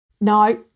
No